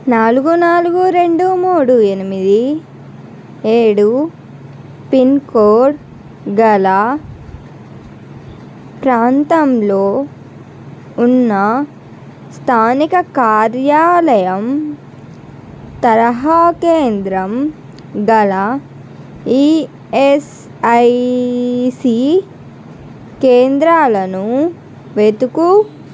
నాలుగు నాలుగు రెండు మూడు ఎనిమిది ఏడు పిన్ కోడ్ గల ప్రాంతంలో ఉన్న స్థానిక కార్యాలయం తరహా కేంద్రం గల ఈఎస్ఐసి కేంద్రాలను వెతుకు